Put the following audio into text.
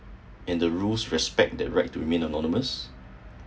in the rules respect the right to remain anonymous